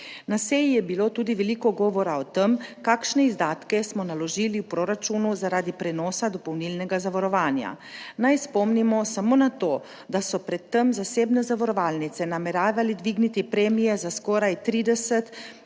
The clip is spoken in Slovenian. Na seji je bilo tudi veliko govora o tem, kakšne izdatke smo naložili v proračunu zaradi prenosa dopolnilnega zavarovanja. Naj spomnimo samo na to, da so pred tem zasebne zavarovalnice nameravali dvigniti premije za skoraj 30